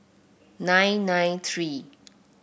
nine nine three